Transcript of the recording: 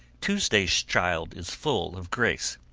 tuesday's child is full of grace,